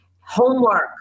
homework